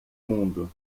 mundo